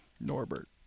Norbert